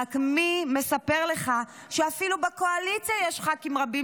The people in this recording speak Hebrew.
רק מי מספר לך שאפילו בקואליציה יש ח"כים רבים